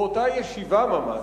באותה ישיבה ממש,